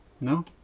No